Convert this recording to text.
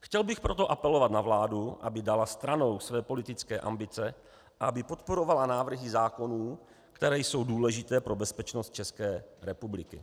Chtěl bych proto apelovat na vládu, aby dala stranou své politické ambice a aby podporovala návrhy zákonů, které jsou důležité pro bezpečnost České republiky.